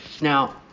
Now